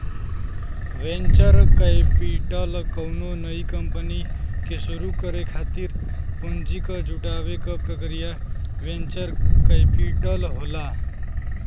venture capital कउनो नई company के शुरू करे खातिर पूंजी क जुटावे क प्रक्रिया वेंचर कैपिटल होला